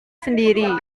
sendiri